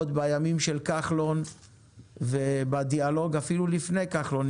עוד בימים של כחלון ובדיאלוג אפילו לפני כחלון,